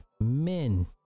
men